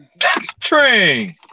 Train